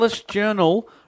Journal